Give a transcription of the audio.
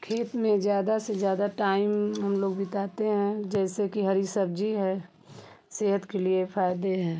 खेत में ज़्यादा से ज़्यादा टाइम हम लोग बिताते हैं जैसे कि हरी सब्जी है सेहत के लिए फायदे है